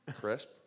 crisp